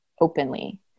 openly